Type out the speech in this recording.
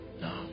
No